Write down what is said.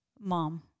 Mom